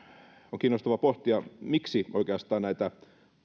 on kiinnostavaa pohtia miksi oikeastaan näitä